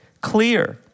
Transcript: clear